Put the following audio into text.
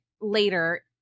later